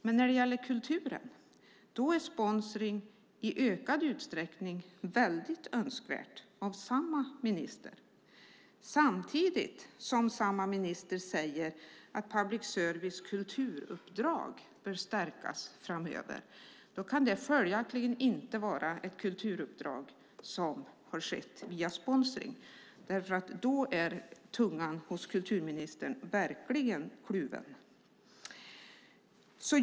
Men när det gäller kulturen är sponsring i ökad utsträckning mycket önskvärt av samma minister. Samtidigt säger samma minister att kulturuppdraget för public service bör stärkas framöver. Då kan det följaktligen inte vara ett kulturuppdrag som har skett via sponsring därför att då är tungan hos kulturministern verkligen kluven.